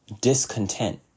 discontent